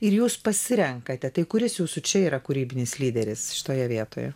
ir jūs pasirenkate tai kuris jūsų čia yra kūrybinis lyderis šitoje vietoje